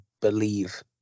believe